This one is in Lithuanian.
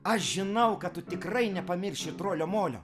aš žinau kad tu tikrai nepamirši trolio molio